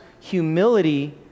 humility